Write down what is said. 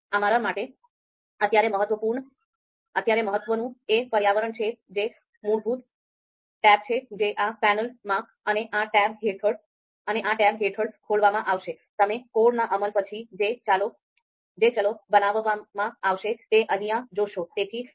અમારા માટે અત્યારે મહત્વનું એ પર્યાવરણ છે જે મૂળભૂત ટેબ છે જે આ પેનલમાં અને આ ટેબ હેઠળ ખોલવામાં આવશે તમે કોડના અમલ પછી જે ચલો બનાવવામાં આવશે તે અહિયાં જોશો